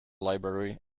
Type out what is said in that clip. library